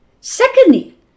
Secondly